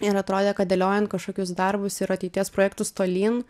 ir atrodė kad dėliojant kažkokius darbus ir ateities projektus tolyn